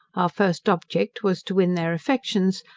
our first object was to win their affections,